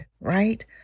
right